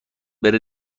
بره